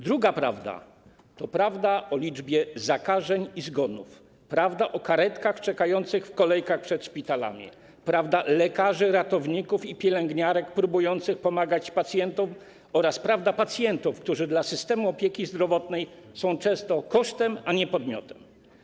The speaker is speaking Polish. Druga prawda to prawda o liczbie zakażeń i zgonów, prawda o karetkach czekających w kolejkach przed szpitalami, prawda lekarzy, ratowników i pielęgniarek próbujących pomagać pacjentom oraz prawda pacjentów, którzy dla systemu opieki zdrowotnej są często kosztem, a nie podmiotem.